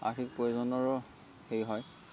ভাষিক প্ৰয়োনৰো হেৰি হয়